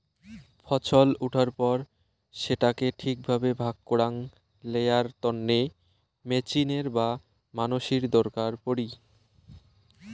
ফছল উঠার পর সেটাকে ঠিক ভাবে ভাগ করাং লেয়ার তন্নে মেচিনের বা মানসির দরকার পড়ি